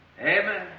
Amen